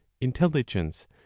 Intelligence